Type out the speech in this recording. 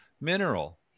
mineral